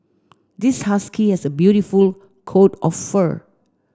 this husky has a beautiful coat of fur